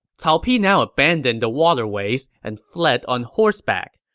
cao pi now abandoned the waterways and fled on horseback.